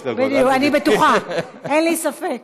אני בטוחה, אין לי ספק.